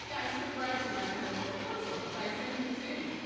yeah i started writing my kind of proposal. so i sent it in.